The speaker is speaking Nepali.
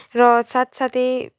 र साथसाथै